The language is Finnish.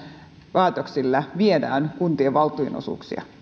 päätöksillä viedään kuntien valtionosuuksia